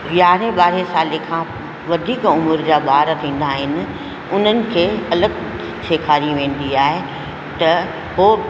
यारहं ॿारहं साल खां वधीक उमिरि जा ॿार थींदा आहिनि उन्हनि खे अलॻि सेखारी वेंदी आहे त पोइ